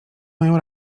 mają